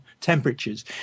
temperatures